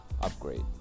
upgrade